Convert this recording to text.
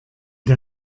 der